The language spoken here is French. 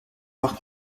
par